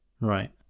Right